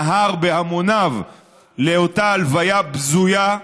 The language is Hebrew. נהר בהמוניו אל אותה הלוויה בזויה,